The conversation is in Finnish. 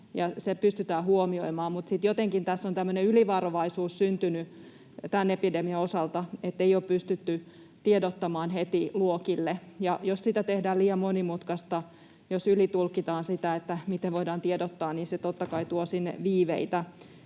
se pystytään huomioimaan, mutta sitten jotenkin tässä on tämmöinen ylivarovaisuus syntynyt tämän epidemian osalta, ettei ole pystytty tiedottamaan heti luokille. Jos siitä tehdään liian monimutkaista, jos ylitulkitaan sitä, miten voidaan tiedottaa, niin se totta kai tuo sinne viiveitä.